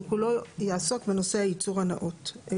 שהוא כולו יעסוק בנושא הייצור הנאות.